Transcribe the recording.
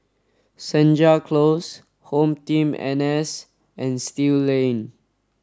Senja Close HomeTeam N S and Still Lane